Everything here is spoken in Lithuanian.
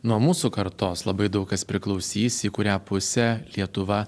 nuo mūsų kartos labai daug kas priklausys į kurią pusę lietuva